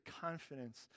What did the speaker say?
confidence